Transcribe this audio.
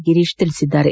ಗಿರೀಶ್ ತಿಳಿಸಿದ್ದಾರೆ